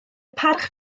parch